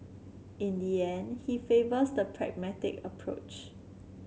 in the end he favours the pragmatic approach